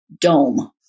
dome